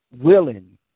willing